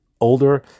older